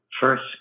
first